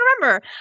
remember